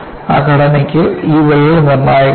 ആ ഘടനയ്ക്ക് ഈ വിള്ളൽ നിർണായകമാണ്